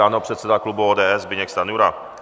Ano, předseda klubu ODS Zbyněk Stanjura.